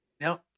no